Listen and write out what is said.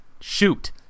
shoot